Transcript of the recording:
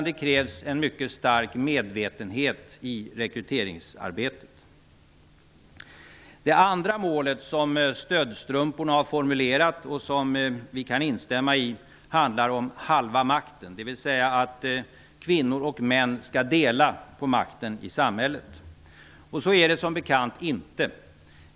Det krävs en mycket stark medvetenhet i rekryteringsarbetet. Det andra mål som stödstrumporna har formulerat och som vi kan instämma i handlar om halva makten, dvs. att kvinnor och män skall dela på makten i samhället. Så är det som bekant inte.